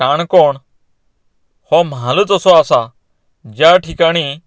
काणकोण हो म्हालूच असो आसा ज्या ठिकाणी